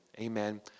Amen